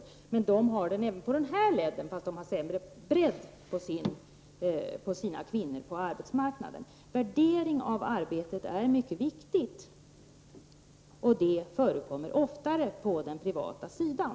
I dessa andra länder har de en spridning även på höjden, trots att de har en sämre bredd när det gäller förekomsten av kvinnor på arbetsmarknaden. Värderingen av arbetet är alltså mycket viktig, och en sådan värdering förekommer oftare på den privata sidan.